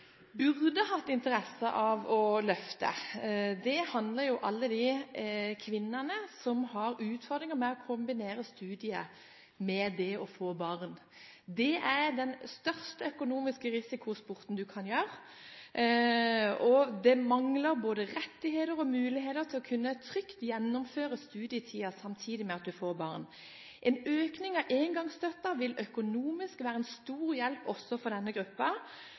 utfordringer med å kombinere studier med det å få barn. Det er den største økonomiske risikosporten du kan gjøre, og det mangler både rettigheter og muligheter til å kunne gjennomføre studietiden trygt samtidig med at du får barn. En økning av engangsstøtten vil være en stor hjelp økonomisk også for denne